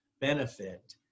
benefit